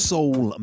Soul